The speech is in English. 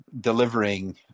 delivering